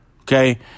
Okay